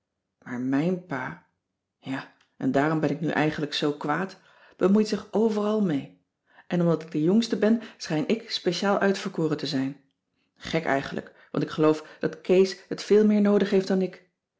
ter heul en daarom ben ik nu eigenlijk zoo kwaad bemoeit zich overal mee en omdat ik de jongste ben schijn ik speciaal uitverkoren te zijn gek eigenlijk want ik geloof dat kees het veel meer noodig heeft dan ik